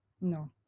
No